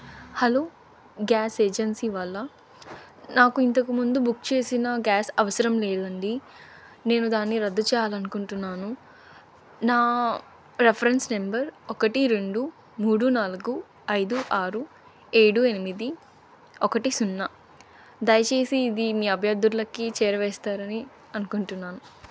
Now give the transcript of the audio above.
hello gas agency వాళ్ళ నాకు ఇంతకుముందు బుక్ చేసిన గ్యాస్ అవసరం లేదు అండి నేను దాన్ని రద్దు చేయాలని అనుకుంటున్నాను నా రిఫరెన్స్ నెంబర్ ఒకటి రెండు మూడు నాలుగు ఐదు ఆరు ఏడు ఎనిమిది ఒకటి సున్నా దయచేసి దీన్ని అభ్యర్థులకి చేరవేస్తారని అనుకుంటున్నాను